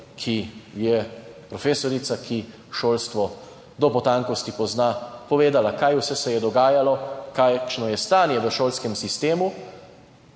ki je profesorica, ki šolstvo do potankosti pozna, povedala, kaj vse se je dogajalo, kakšno je stanje v šolskem sistemu,